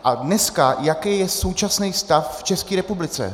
A dneska, jaký je současný stav v České republice?